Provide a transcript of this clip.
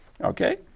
Okay